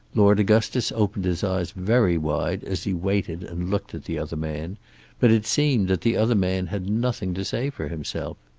lord augustus opened his eyes very wide as he waited and looked at the other man but it seemed that the other man had nothing to say for himself.